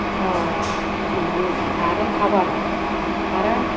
गोथाव संनांगौ आरो थावाबा आरो